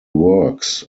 works